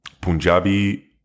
Punjabi